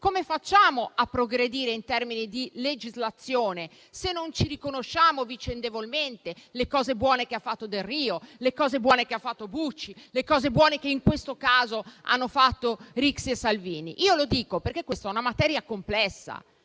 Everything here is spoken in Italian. come facciamo a progredire in termini di legislazione, se non ci riconosciamo vicendevolmente le cose buone che ha fatto Delrio, le cose buone che ha fatto Bucci, le cose buone che in questo caso hanno fatto Rixi e Salvini? Lo dico perché questa è una materia complessa,